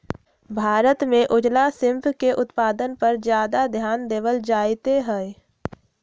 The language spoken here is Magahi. भारत में उजला श्रिम्फ के उत्पादन पर ज्यादा ध्यान देवल जयते हई